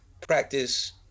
Practice